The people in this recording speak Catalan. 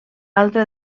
altre